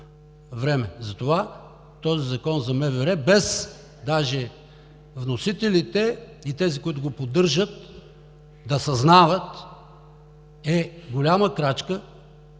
време. Затова този Закон за МВР, без даже вносителите и тези, които го поддържат, да съзнават, е голяма крачка